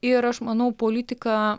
ir aš manau politika